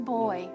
boy